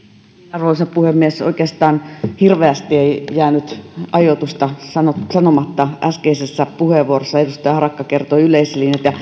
arvoisa puhemies oikeastaan hirveästi ei jäänyt aiotusta sanomatta sanomatta äskeisessä puheenvuorossa edustaja harakka kertoi yleislinjat